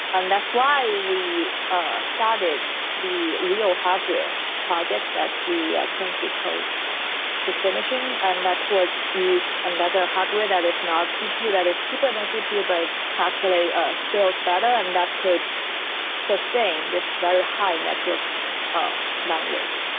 and that's why we ah started the real hardware project that we are currently close to finishing, and that would use another hardware that is not cpu, that is cheaper than cpu, but actually scales better and that could sustain this very high-network um line rate.